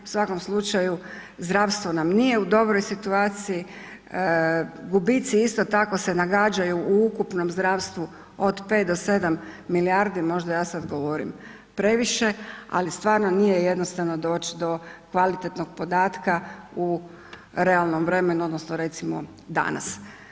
U svakom slučaju zdravstvo nam nije u dobroj situaciji, gubici isto tako se nagađaju u ukupnom zdravstvu od 5 do 7 milijardi, možda ja sada govorim previše, ali stvarno nije jednostavno doć do kvalitetnog podatka u realnom vremenu odnosno recimo danas.